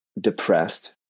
depressed